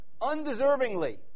undeservingly